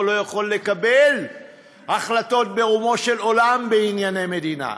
לא יכול לקבל החלטות ברומו של עולם בענייני מדינה.